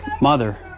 mother